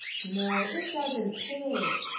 no. it doesn't pay,